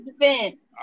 defense